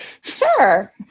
sure